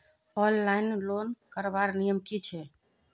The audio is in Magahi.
ऑनलाइन लोन करवार नियम की छे?